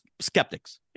skeptics